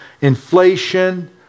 inflation